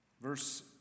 verse